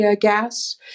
gas